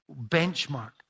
benchmark